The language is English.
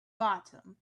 bottom